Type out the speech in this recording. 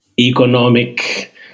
economic